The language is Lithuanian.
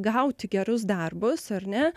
gauti gerus darbus ar ne